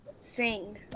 Sing